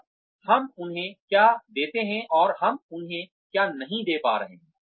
और हम उन्हें क्या देते हैं और हम उन्हें क्या नहीं दे पा रहे हैं